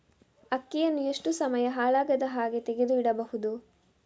ಅಕ್ಕಿಯನ್ನು ಎಷ್ಟು ಸಮಯ ಹಾಳಾಗದಹಾಗೆ ತೆಗೆದು ಇಡಬಹುದು?